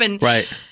Right